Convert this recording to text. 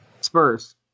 Spurs